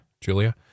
Julia